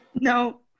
No